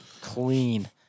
clean